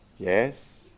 Yes